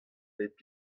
bep